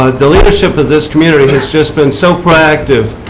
ah the leadership of this community has just been so proactive,